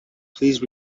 please